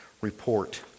report